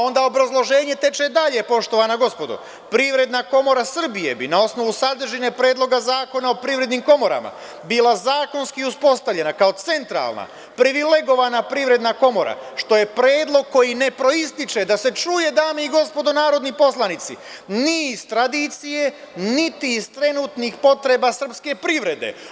Onda obrazloženje teče dalje – Privredna komora Srbije bi na osnovu sadržine Predloga zakona o privrednim komorama bila zakonski uspostavljena kao centralan privilegovana privredna komora, što je predlog koji ne proističe, da se čuje, dame i gospodo narodni poslanici, ni iz tradicije, niti iz trenutnih potreba srpske privrede.